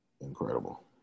Incredible